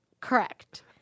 Correct